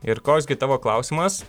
ir koks gi tavo klausimas